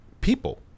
people